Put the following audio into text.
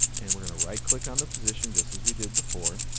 and we're going to right click on the position just as we did before.